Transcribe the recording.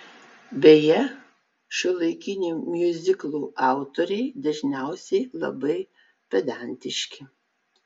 beje šiuolaikinių miuziklų autoriai dažniausiai labai pedantiški